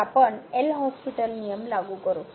तर आपण L'Hopital नियम लागू करू